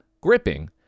gripping